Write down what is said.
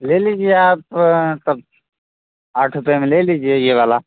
ले लीजिए आप तब आठ रुपया में ले लीजिए ये वाला